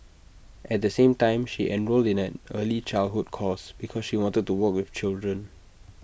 at the same time she enrolled in an early childhood course because she wanted to work with children